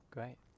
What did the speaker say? Great